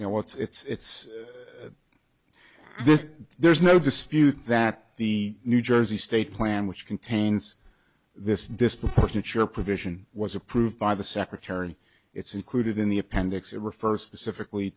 you know it's this there's no dispute that the new jersey state plan which contains this disproportionate share provision was approved by the secretary it's included in the appendix it refers specifically